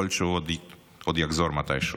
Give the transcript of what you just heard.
יכול להיות שהוא עוד יחזור מתישהו.